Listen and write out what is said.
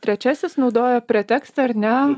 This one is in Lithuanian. trečiasis naudojo pretekstą ar ne